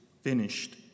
finished